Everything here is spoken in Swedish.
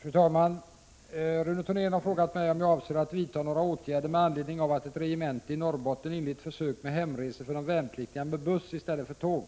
Fru talman! Rune Thorén har frågat mig om jag avser att vidta några åtgärder med anledning av att ett regemente i Norrbotten inlett försök med hemresor för de värnpliktiga med buss i stället för tåg.